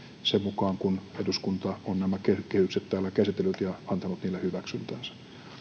sen mukaan kuin eduskunta on nämä kehykset täällä käsitellyt ja antanut niille hyväksyntänsä